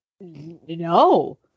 No